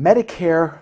medicare